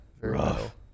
rough